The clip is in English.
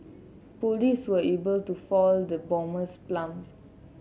police were able to foil the bomber's plan